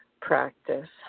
practice